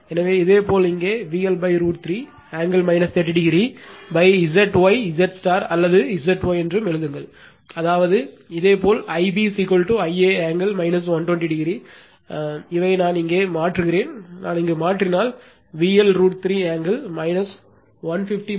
எனவே இதேபோல் இங்கே VL √ 3 ஆங்கிள் 30 Zy Z அல்லது Zy என்றும் எழுதுங்கள் அதாவது இதேபோல் Ib Ia angle 120 இவை நான் இங்கே மாற்றுகிறேன் நான் இங்கு மாற்றினால் VL √ 3 ஆங்கிள் 150 Zy